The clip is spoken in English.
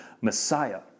Messiah